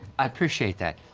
i appreciate that.